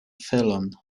felon